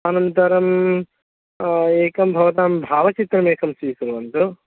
अनन्तरम् एकं भवतां भावचित्रमेकं स्वीकुर्वन्तु